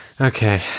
Okay